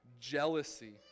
jealousy